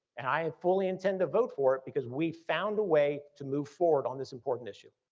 and i fully intend to vote for it because we found a way to move forward on this important issue.